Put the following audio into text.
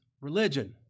religion